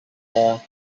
more